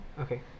Okay